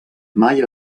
mai